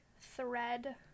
thread